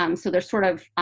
um so there's sort of